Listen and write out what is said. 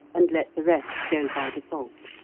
and let the rest go by default.